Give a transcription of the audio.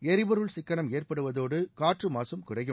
எரிபொருள் சிக்கனம் ஏற்படுவதோடு காற்று மாசும் குறையும்